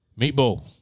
Meatball